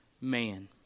man